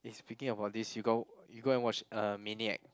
eh speaking about this you got you go and watch uh Maniac